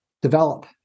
develop